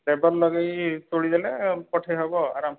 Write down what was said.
labour ଲଗାଇ ତୋଳିଦେଲେ ପଠାଇହେବ ଆରାମ୍ସେ